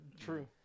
True